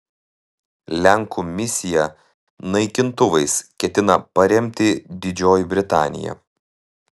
lenkų misiją naikintuvais ketina paremti didžioji britanija